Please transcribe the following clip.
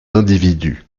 individu